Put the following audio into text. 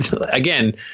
again